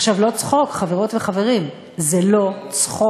עכשיו, לא צחוק, חברות וחברים, זה לא צחוק.